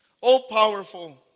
all-powerful